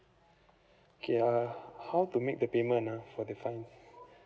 okay uh how to make the payment ah for the fine